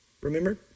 Remember